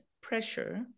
pressure